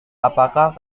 apakah